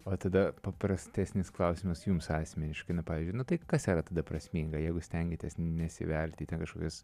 o tada paprastesnis klausimas jums asmeniškai na pavyzdžiui nu tai kas yra tada prasminga jeigu stengiatės nesivelti į ten kažkokias